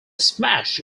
smash